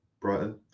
Brighton